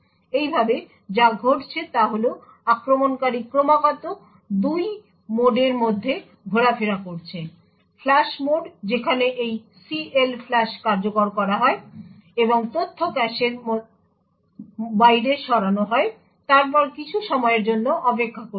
এইভাবে যা ঘটছে তা হল আক্রমণকারী ক্রমাগত 2 মোডের মধ্যে ঘোরাফেরা করছে ফ্লাশ মোড যেখানে এই CLFLUSH কার্যকর হয় এবং তথ্য ক্যাশের বাইরে সরানো হয় তারপর কিছু সময়ের জন্য অপেক্ষা করতে হয়